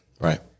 right